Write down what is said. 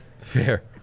fair